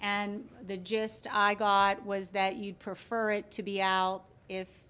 and the just i got was that you'd prefer it to be out if